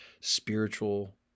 spiritual